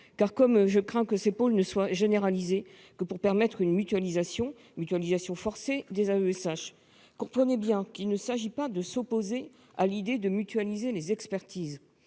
Comme eux, je crains que ces pôles soient généralisés uniquement pour permettre une mutualisation forcée des AESH. Comprenez bien qu'il ne s'agit pas de s'opposer à l'idée de mutualiser les expertises